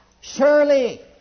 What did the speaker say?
Surely